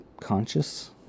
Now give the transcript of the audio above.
conscious